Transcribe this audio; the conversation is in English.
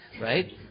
right